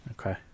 Okay